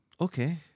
Okay